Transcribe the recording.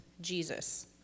Jesus